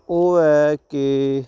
ਉਹ ਹੈ ਕਿ